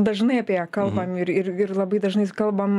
dažnai apie ją kalbam ir ir ir labai dažnai kalbam